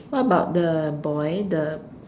what about the boy the